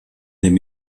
dem